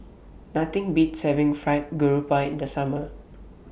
Nothing Beats having Fried Garoupa in The Summer